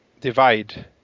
divide